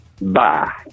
Bye